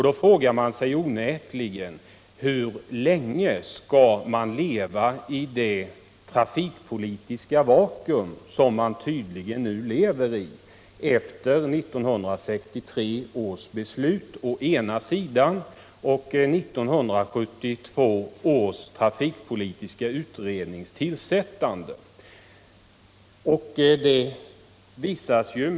Då frågar man sig onekligen: Hur länge skall man leva i det trafikpolitiska vakuum som man nu lever i efter 1963 års beslut å ena sidan och 1972 års trafikpolitiska utrednings tillsättande å andra sidan?